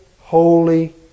holy